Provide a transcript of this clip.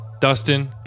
dustin